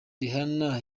rihanna